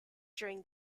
during